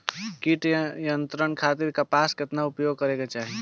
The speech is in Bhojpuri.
कीट नियंत्रण खातिर कपास केतना उपयोग करे के चाहीं?